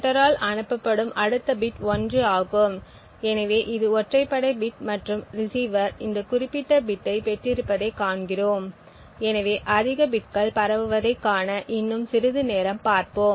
செண்டரால் அனுப்பப்படும் அடுத்த பிட் 1 ஆகும் எனவே இது ஒற்றைப்படை பிட் மற்றும் ரிசீவர் இந்த குறிப்பிட்ட பிட்டைப் பெற்றிருப்பதைக் காண்கிறோம் எனவே அதிக பிட்கள் பரவுவதைக் காண இன்னும் சிறிது நேரம் பார்ப்போம்